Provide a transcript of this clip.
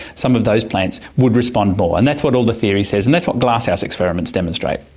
some of those plants would respond more and that's what all the theory says and that's what glasshouse experiments demonstrate.